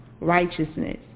righteousness